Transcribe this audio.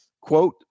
quote